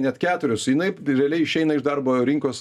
net keturius jinai realiai išeina iš darbo rinkos